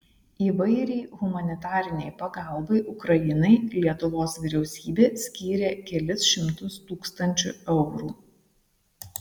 įvairiai humanitarinei pagalbai ukrainai lietuvos vyriausybė skyrė kelis šimtus tūkstančių eurų